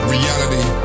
Reality